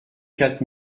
quatre